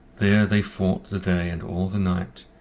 there they fought the day, and all the night,